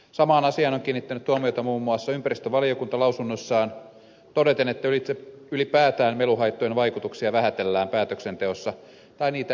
samaan asiaan on kiinnittänyt huomiota muun muassa ympäristövaliokunta lausunnossaan todeten että ylipäätään meluhaittojen vaikutuksia vähätellään päätöksenteossa tai niitä ei tunneta lainkaan